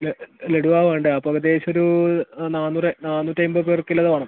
ലഡുവാണ് വേണ്ടത് അപ്പോൾ ഏകദേശം ഒരു നാനൂറ് നാനൂറ്റി അൻപത് പേർക്കുള്ളത് വേണം